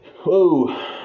Whoa